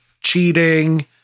cheating